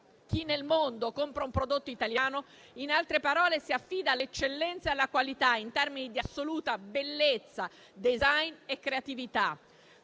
Chi nel mondo compra un prodotto italiano, in altre parole si affida all'eccellenza e alla qualità in termini di assoluta bellezza, *design* e creatività.